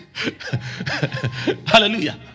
hallelujah